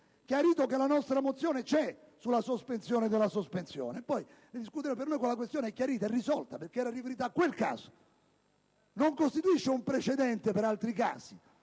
chiarito che la nostra mozione sulla sospensione della sospensiva c'è: poi ne discuteremo, ma per noi quella questione è chiarita e risolta perché era riferita a quel caso e non costituisce un precedente per altri casi.